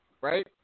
right